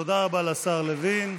(מחיאות כפיים) תודה רבה לשר לוין.